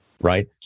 right